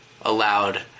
allowed